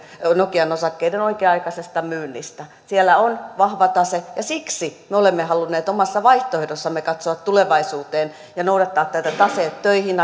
nokian osakkeiden oikea aikaisesta myynnistä siellä on vahva tase ja siksi me olemme halunneet omassa vaihtoehdossamme katsoa tulevaisuuteen ja noudattaa tätä taseet töihin